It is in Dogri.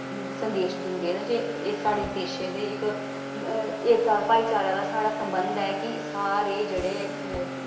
संदेश दिंदे न जे एह् साढ़े देशे दे इक एकता दा भाईचारा दा साढ़ा सरबंध ऐ कि सारे जेह्ड़े